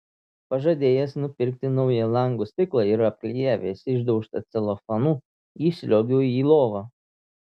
pažadėjęs nupirkti naują lango stiklą ir apklijavęs išdaužtą celofanu įsliuogiu į lovą